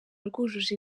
rwujuje